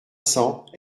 cents